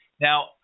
Now